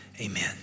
amen